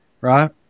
right